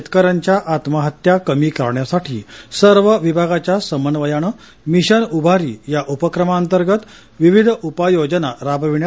शेतकऱ्यांच्या आत्महत्या कमी करण्यासाठी सर्व विभागाच्या समन्वयाने मिशन उभारी या उपक्रमाअंतर्गत विविध उपाय योजना राबविण्यात येणार आहेत